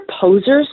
posers